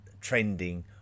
trending